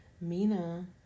Mina